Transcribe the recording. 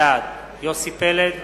בעד יוסי פלד,